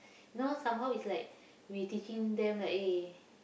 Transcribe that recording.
you know somehow is like we teaching them like eh